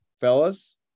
Fellas